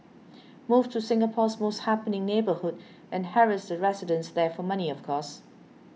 move to Singapore's most happening neighbourhood and harass the residents there for money of course